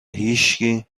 هیشکی